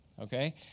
okay